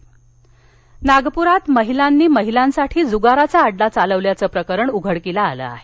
जगार नागप्रात महिलानी महिलासाठी जुगाराचा अड्डा चालवल्याच प्रकरण उघडकीस आल आहे